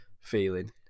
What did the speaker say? feeling